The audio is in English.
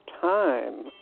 time